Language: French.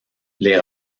les